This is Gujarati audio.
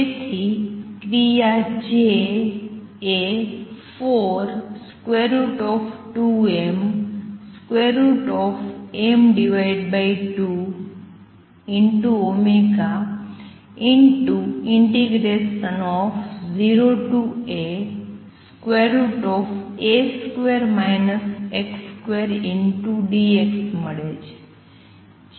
તેથી ક્રિયા J એ 42mm20A√dx મળે છે